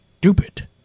stupid